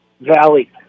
Valley